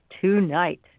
tonight